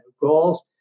goals